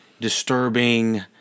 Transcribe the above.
disturbing